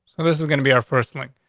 this is gonna be our first and like